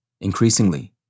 Increasingly